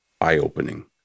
eye-opening